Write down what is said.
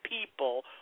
people